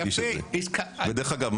דרך אגב,